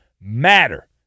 matter